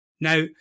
Now